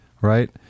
Right